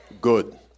good